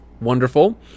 Wonderful